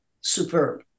superb